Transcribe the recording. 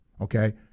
Okay